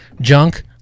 junk